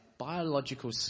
biological